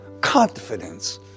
confidence